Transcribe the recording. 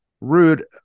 Rude